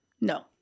no